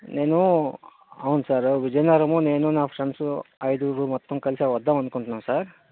నేను అవును సారు విజయనగరం నేను నా ఫ్రెండ్సు ఐదుగురు మొత్తం కలిసే వద్దాం అనుకుంటున్నాం సార్